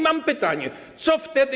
Mam pytanie: Co wtedy?